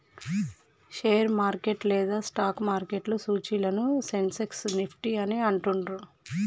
share market లేదా stock మార్కెట్లో సూచీలను సెన్సెక్స్, నిఫ్టీ అని అంటుండ్రు